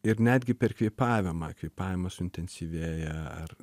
ir netgi per kvėpavimą kvėpavimas suintensyvėja ar